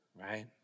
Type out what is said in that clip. right